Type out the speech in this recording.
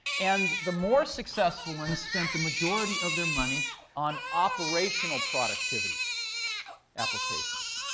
and the more successful ones spent the majority of their money on operational productivity applications.